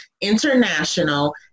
international